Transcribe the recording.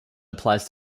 applies